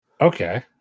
okay